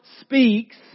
speaks